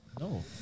No